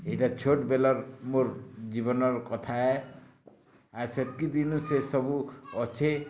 ଏଇଟା ଛୋଟ୍ ବେଲର୍ ମୋର୍ ଜୀବନର କଥା ହେ ଆଉ ସେତ୍କି ଦିନୁ ସେ ସବୁ ଅଛି